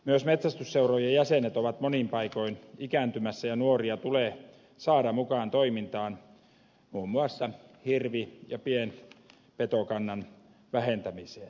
myös metsästysseurojen jäsenet ovat monin paikoin ikääntymässä ja nuoria tulee saada mukaan toimintaan muun muassa hirvi ja pienpetokannan vähentämiseen